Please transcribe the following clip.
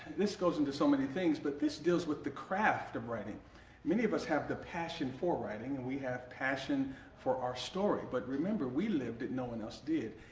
this goes into so many things but this deals with the craft of writing many of us have the passion for writing and we have passion for our story, but remember, we lived it no one else did.